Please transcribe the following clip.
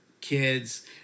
kids